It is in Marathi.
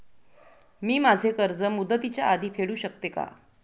मी माझे कर्ज मुदतीच्या आधी फेडू शकते का?